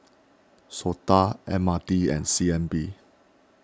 Sota M R T and C N B